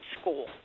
school